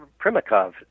Primakov